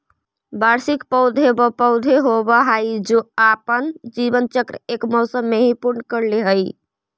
वार्षिक पौधे व पौधे होवअ हाई जो अपना जीवन चक्र एक मौसम में ही पूर्ण कर ले हई